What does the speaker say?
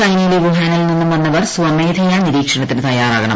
ചൈനയിലെ വുഹാനിൽ നിന്നും വന്നവർ സ്വമേധയാ നിരീക്ഷണത്തിന് തയ്യാറാകണം